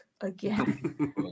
again